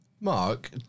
Mark